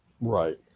Right